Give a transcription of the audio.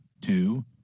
two